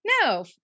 no